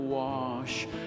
Wash